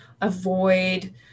avoid